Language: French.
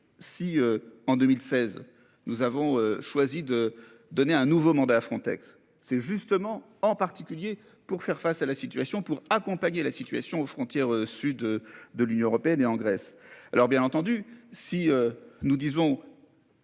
si en 2016, nous avons choisi de donner un nouveau mandat à Frontex. C'est justement en particulier pour faire face à la situation pour accompagner la situation aux frontières sud de l'Union européenne et en Grèce. Alors bien entendu, si. Nous disons.